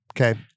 Okay